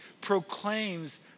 proclaims